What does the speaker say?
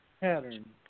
pattern